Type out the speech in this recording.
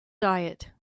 diet